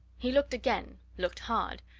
he looked again looked hard.